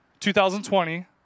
2020